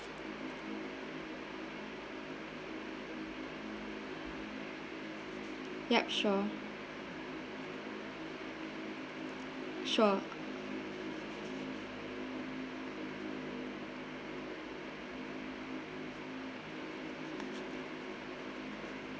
ya sure sure